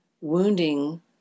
wounding